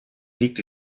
liegt